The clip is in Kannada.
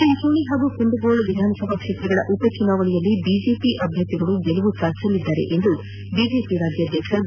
ಚಿಂಚೋಳಿ ಹಾಗೂ ಕುಂದಗೋಳ ವಿಧಾನಸಭಾ ಕ್ಷೇತ್ರಗಳ ಉಪಚುನಾವಣೆಯಲ್ಲಿ ಬಿಜೆಪಿ ಅಭ್ಯರ್ಥಿಗಳು ಗೆಲುವು ಸಾಧಿಸಲಿದ್ದಾರೆ ಎಂದು ಬಿಜೆಪಿ ರಾಜ್ಕಾಧ್ಯಕ್ಷ ಬಿ